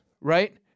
right